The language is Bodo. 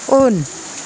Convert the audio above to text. उन